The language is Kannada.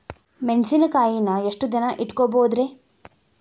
ಮೆಣಸಿನಕಾಯಿನಾ ಎಷ್ಟ ದಿನ ಇಟ್ಕೋಬೊದ್ರೇ?